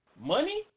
Money